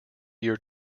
year